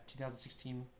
2016